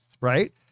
right